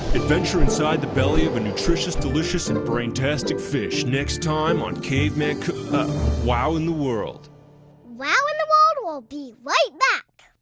adventure inside the belly of a nutritious, delicious and brain-tastic fish next time on caveman wow in the world wow in the world will be right back.